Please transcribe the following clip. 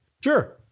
Sure